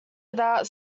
without